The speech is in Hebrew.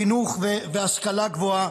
חינוך והשכלה גבוהה,